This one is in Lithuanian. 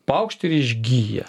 paukšt ir išgyja